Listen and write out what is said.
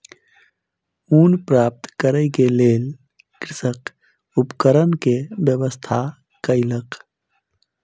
ऊन प्राप्त करै के लेल कृषक उपकरण के व्यवस्था कयलक